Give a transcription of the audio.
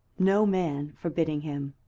no man forbidding him.